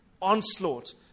onslaught